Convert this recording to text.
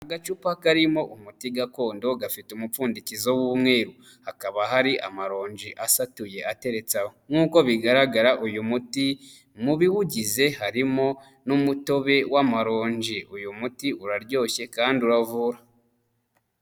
Agacupa karimo umuti gakondo gafite umupfundikizo w'umweru, hakaba hari amaronji asatuye ateretse aho, nkuko bigaragara uyu muti mubiwugize harimo n'umutobe w'amaronji, uyu muti uraryoshye kandi uravura.